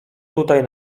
tutaj